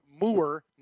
Moore